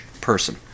person